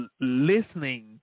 listening